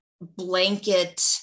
blanket